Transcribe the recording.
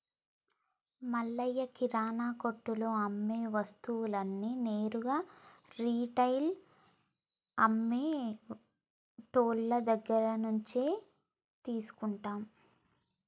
మల్లయ్య కిరానా కొట్టులో అమ్మే వస్తువులన్నీ నేరుగా రిటైల్ అమ్మె టోళ్ళు దగ్గరినుంచే తీసుకుంటాం